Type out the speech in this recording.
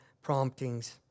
promptings